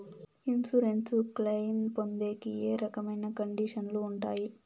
Insurance claim పొందేకి ఏ రకమైన కండిషన్లు ఉంటాయి?